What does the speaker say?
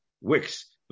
wicks